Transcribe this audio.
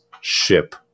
ship